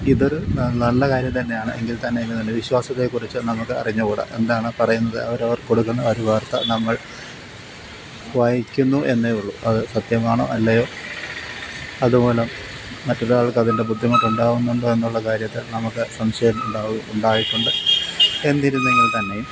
ഇതൊരു നല്ല കാര്യം തന്നെയാണ് എങ്കില്ത്തന്നെയും ഇതിന്റെ വിശ്വാസ്യതയെക്കുറിച്ച് നമുക്ക് അറിഞ്ഞുകൂട എന്താണ് പറയുന്നത് അവരവര് കൊടുക്കുന്ന ഒരു വാര്ത്ത നമ്മള് വായിക്കുന്നു എന്നേ ഉള്ളൂ അത് സത്യമാണോ അല്ലയോ അത് മൂലം മറ്റൊരാള്ക്ക് അതിന്റെ ബുദ്ധിമുട്ട് ഉണ്ടാവുന്നുണ്ടോ എന്നുള്ള കാര്യത്തില് നമുക്ക് സംശയം ഉണ്ടാവും ഉണ്ടായിട്ടുണ്ട് എന്നിരുന്നെങ്കില്ത്തന്നെയും